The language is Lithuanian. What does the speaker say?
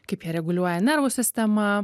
kaip jie reguliuoja nervų sistemą